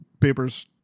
papers